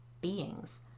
beings